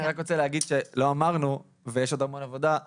אני רק רוצה להגיד שלא אמרנו ויש עוד המון עבודה,